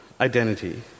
identity